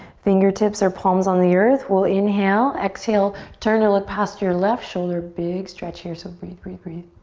fingertips or palms on the earth, we'll inhale. exhale, turn to look past your left shoulder. big stretch here so breathe, breathe, breathe.